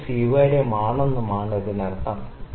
25 സ്വീകാര്യമാണെന്നും ഇതിനർത്ഥം